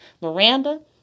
Miranda